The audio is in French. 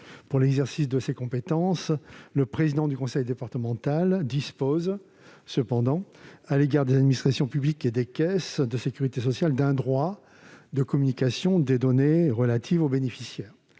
Pour l'exercice de ses compétences, le président du conseil départemental dispose, cependant, à l'égard des administrations publiques et des caisses de sécurité sociale, d'un droit de communication des données relatives aux bénéficiaires.